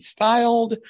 Styled